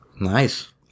Nice